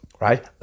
right